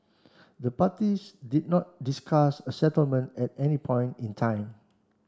the parties did not discuss a settlement at any point in time